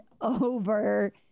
over